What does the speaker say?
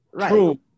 true